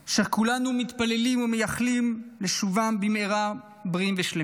אשר כולנו מתפללים ומייחלים לשובם במהרה בריאים ושלמים.